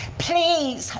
please,